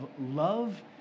love